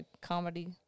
comedy